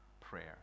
prayer